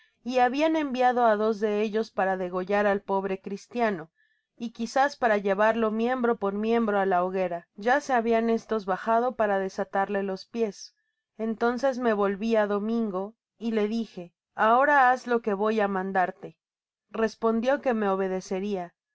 y habian enviado á dos de ellos para degollar al pobre cristiana y quizás para llevarlo miembro por miembro á la hoguera ya se habian estos bajado para desalarle los pies entonces me volvi á domingo y le dijo ahora haz lo que voy á mandarte respondió que me obedeceria